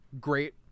Great